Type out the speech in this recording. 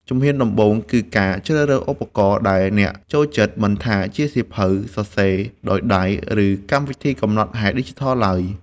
ជំហានដំបូងគឺការជ្រើសរើសឧបករណ៍ដែលអ្នកចូលចិត្ត មិនថាជាសៀវភៅសរសេរដោយដៃ ឬកម្មវិធីកំណត់ហេតុឌីជីថលឡើយ។